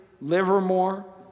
Livermore